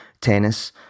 tennis